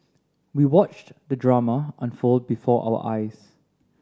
we watched the drama unfold before our eyes